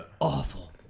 Awful